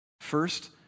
First